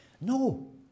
No